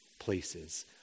places